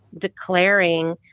declaring